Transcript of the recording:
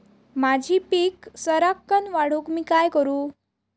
माझी पीक सराक्कन वाढूक मी काय करू?